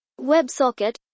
WebSocket